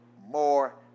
more